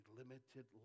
limited